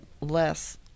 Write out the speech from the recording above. less